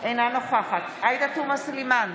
אינה נוכחת עאידה תומא סלימאן,